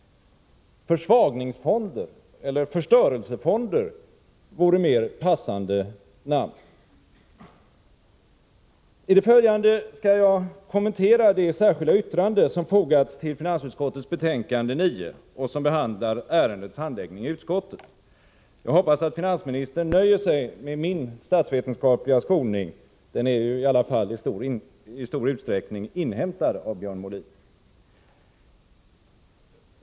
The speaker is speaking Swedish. Försvagningsfonder eller förstörelsefonder vore mer passande namn. I det följande skall jag kommentera det särskilda yttrande som fogats till finansutskottets betänkande 9 och som handlar om ärendets handläggning i utskottet. Jag hoppas att finansministern nöjer sig med min statsvetenskapliga skolning — den är i alla fall i stor utsträckning inhämtad genom Björn Molin.